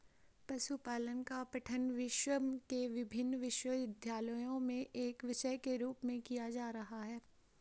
पशुपालन का पठन विश्व के विभिन्न विश्वविद्यालयों में एक विषय के रूप में किया जा रहा है